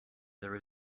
there